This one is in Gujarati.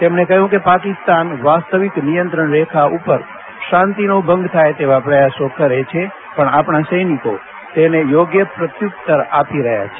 તેમણે કહ્યું કે પાકિસ્તાન વાસ્તવિક નિયંત્રણ રેખા ઉપર શાંતિનો ભાંગ થાય તેવા પ્રથાસો કરે છે પણ આપણા સૈનિકો તેને યોગ્ય પ્રત્યુત્તર આપી રહ્યા છે